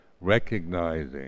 recognizing